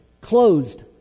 closed